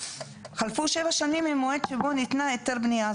"חלפו שבע שנים ממועד שבו ניתן היתר בנייה".